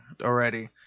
already